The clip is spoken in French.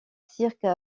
cirques